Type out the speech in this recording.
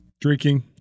Drinking